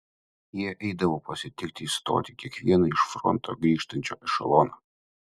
ji eidavo pasitikti į stotį kiekvieno iš fronto grįžtančio ešelono